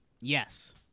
yes